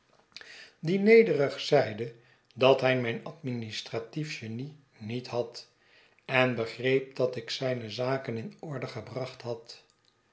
die nederig zeide dat hij mijn administratief genie niet had en begreep dat ik zijne zaken in orde gebracht had